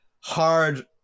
hard